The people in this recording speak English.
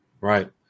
Right